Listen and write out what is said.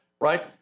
Right